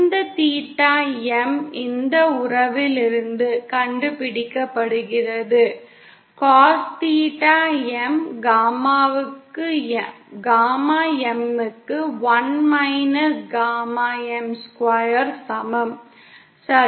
இந்த theta M இந்த உறவிலிருந்து கண்டுபிடிக்கப்படுகிறது cos theta M gamma M க்கு 1 மைனஸ் காமா M ஸ்கொயருக்கு சமம் சரி